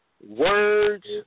Words